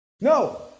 No